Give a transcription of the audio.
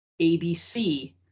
ABC